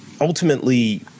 ultimately